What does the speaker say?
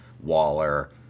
Waller